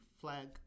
flag